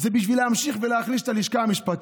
שזה בשביל להמשיך ולהחליש את הלשכה המשפטית.